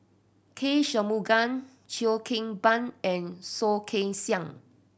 K Shanmugam Cheo Kim Ban and Soh Kay Siang